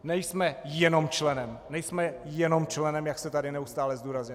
Nejsme jenom členem nejsme jenom členem, jak se tady neustále zdůrazňuje.